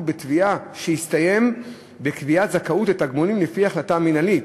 בתביעה שהסתיים בקביעת זכאות לתגמולים לפי החלטה מינהלית.